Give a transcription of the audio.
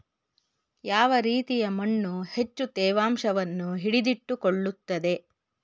ಯಾವ ರೀತಿಯ ಮಣ್ಣು ಹೆಚ್ಚು ತೇವಾಂಶವನ್ನು ಹಿಡಿದಿಟ್ಟುಕೊಳ್ಳುತ್ತದೆ?